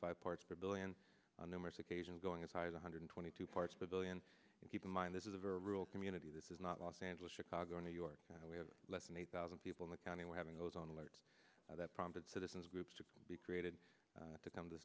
five parts per billion on numerous occasions going as high as one hundred twenty two parts per billion and keep in mind this is a very rural community this is not los angeles chicago new york we have less than a thousand people in the county where having those on alert that prompted citizens groups to be created to come to the